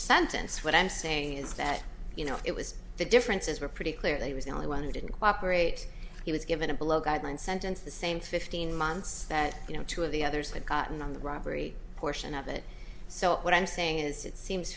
sentence what i'm saying is that you know it was the differences were pretty clear they was the only one who didn't cooperate he was given a below guideline sentence the same fifteen months that you know two of the others had gotten on the robbery portion of it so what i'm saying is it seems